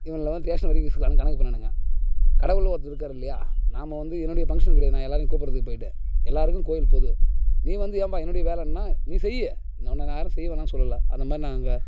இவனுங்களை ஸ்டேஷன் வரைக்கும் கணக் கணக்கு பண்ணணுங்க கடவுள்ன்னு ஒருத்தர் இருக்கார் இல்லையா நாம் வந்து என்னோடைய பங்க்ஷன் கிடையாது நான் எல்லாரையும் கூப்பிட்றதுக்கு போயிவிட்டு எல்லாருக்கும் கோயில் பொது நீ வந்து ஏன்பா என்னுடைய வேலைன்னா நீ செய்யி உன்ன நான் யாரும் செய்ய வேணான்னு சொல்லலை அந்தமாதிரி நாங்கள்